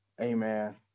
Amen